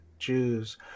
Jews